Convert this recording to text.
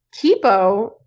Kipo